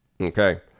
Okay